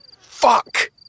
Fuck